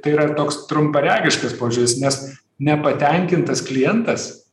tai yra toks trumparegiškas požiūris nes nepatenkintas klientas